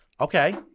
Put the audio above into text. Okay